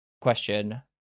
question